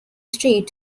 street